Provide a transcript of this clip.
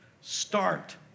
start